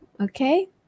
Okay